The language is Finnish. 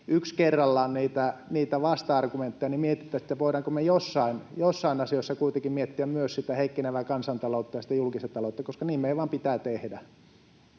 yksi kerrallaan niitä vasta-argumentteja, niin mietittäisiin, voidaanko me joissain asioissa kuitenkin miettiä myös sitä heikkenevää kansantaloutta ja julkista taloutta, koska niin meidän vaan pitää tehdä.